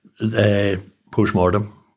post-mortem